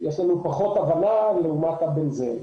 יש לנו פחות הבנה לעומת ה-בנזן.